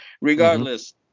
regardless